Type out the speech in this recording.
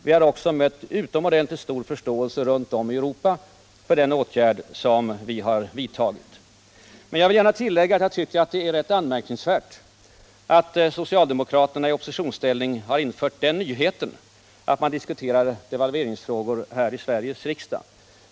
Vi har också mött utomordentligt stor förståelse runt om i Europa för den åtgärd som vi har vidtagit. Men jag vill gärna tillägga att jag tycker att det är anmärkningsvärt att socialdemokraterna i oppositionsställning har infört nyheten att diskutera devalveringsfrågor här i Sveriges riksdag.